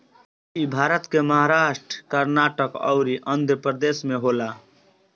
इ भारत के महाराष्ट्र, कर्नाटक अउरी आँध्रप्रदेश में होला